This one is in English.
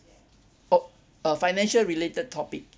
oh uh financial related topic